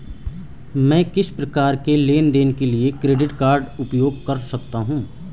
मैं किस प्रकार के लेनदेन के लिए क्रेडिट कार्ड का उपयोग कर सकता हूं?